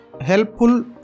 helpful